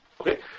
Okay